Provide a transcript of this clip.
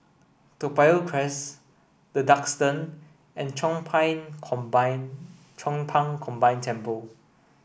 Toa Payoh Crest The Duxton and Chong Pang Combine Chong Pang Combine Temple